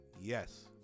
Yes